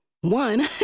one